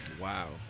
Wow